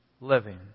living